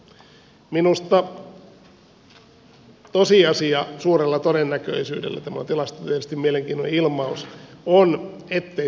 minusta tosiasia suurella todennäköisyydellä on tämä on tilastotieteellisesti mielenkiintoinen ilmaus ettei se kestä